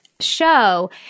show –